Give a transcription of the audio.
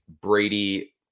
Brady